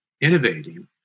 innovating